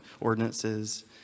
ordinances